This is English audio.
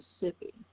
Mississippi